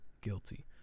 Guilty